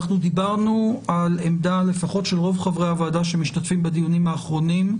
דיברנו על עמדה של רוב חברי הוועדה לפחות שמשתתפים בדיונים האחרונים,